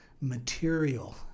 material